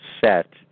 set